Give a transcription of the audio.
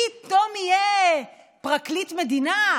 פתאום יהיה פרקליט מדינה,